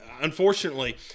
Unfortunately